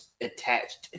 attached